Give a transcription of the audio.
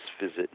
visit